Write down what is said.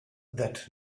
that